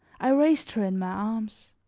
i raised her in my arms.